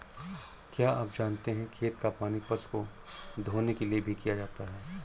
क्या आप जानते है खेत का पानी पशु को धोने के लिए भी किया जाता है?